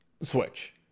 Switch